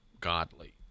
godly